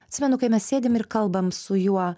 atsimenu kai mes sėdim ir kalbam su juo